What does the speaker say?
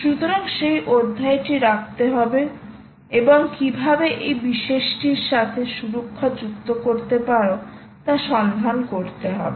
সুতরাং সেই অধ্যায়টি রাখতে হবে এবং কীভাবে এই বিশেষটির সাথে সুরক্ষা যুক্ত করতে পারো তা সন্ধান করতে হবে